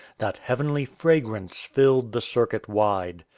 that heavenly fragrance filled the circuit wide.